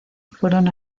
fueron